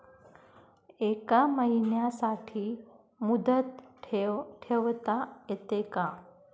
एका महिन्यासाठी मुदत ठेव ठेवता येते का?